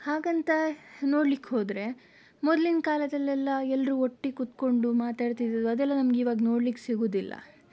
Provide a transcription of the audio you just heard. ಹಾಗಂತ ನೋಡಲಿಕ್ಕೆ ಹೋದರೆ ಮೊದಲಿನ ಕಾಲದಲ್ಲೆಲ್ಲ ಎಲ್ಲರೂ ಒಟ್ಟಿಗೆ ಕೂತ್ಕೊಂಡು ಮಾತಾಡ್ತಿದ್ದದ್ದು ಅದೆಲ್ಲ ನಮಗಿವಾಗ ನೋಡಲಿಕ್ಕೆ ಸಿಗುವುದಿಲ್ಲ